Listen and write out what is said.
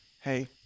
hey